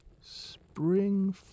Spring